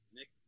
Nick